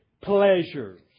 pleasures